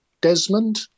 Desmond